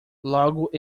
logo